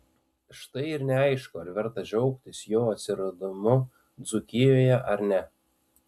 štai ir neaišku ar verta džiaugtis jo atsiradimu dzūkijoje ar ne